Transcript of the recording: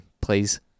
please